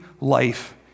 life